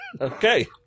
Okay